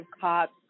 cops